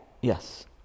Yes